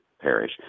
parish